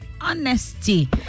honesty